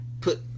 Put